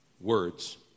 words